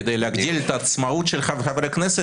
כדי להגדיל את העצמאות של חברי הכנסת,